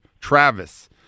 Travis